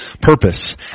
purpose